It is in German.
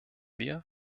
wir